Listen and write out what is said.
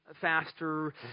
faster